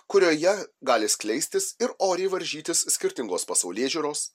kurioje gali skleistis ir oriai varžytis skirtingos pasaulėžiūros